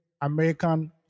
American